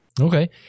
Okay